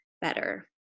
better